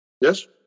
Yes